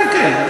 כן, כן.